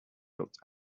looked